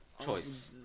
choice